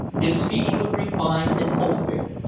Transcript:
his speech was refined and cultivated,